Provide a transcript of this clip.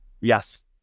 Yes